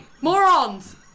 morons